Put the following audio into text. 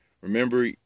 Remember